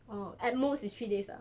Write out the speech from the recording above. orh at most is three days eh